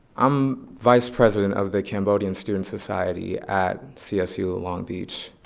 i'm vice president of the cambodian student society at csu long beach.